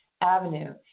avenue